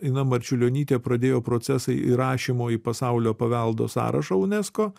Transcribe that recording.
ina marčiulionytė pradėjo procesą įrašymo į pasaulio paveldo sąrašą unesco